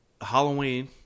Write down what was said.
Halloween